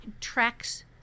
tracks